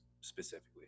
specifically